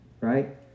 right